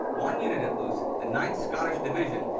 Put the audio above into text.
one unit at loos, the ninth scottish division,